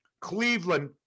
Cleveland